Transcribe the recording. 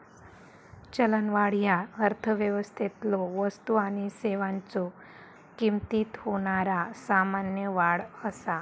चलनवाढ ह्या अर्थव्यवस्थेतलो वस्तू आणि सेवांच्यो किमतीत होणारा सामान्य वाढ असा